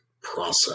process